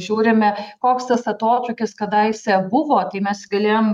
žiūrime koks tas atotrūkis kadaise buvo tai mes galėjom